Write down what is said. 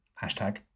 hashtag